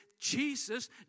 Jesus